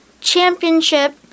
championship